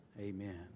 Amen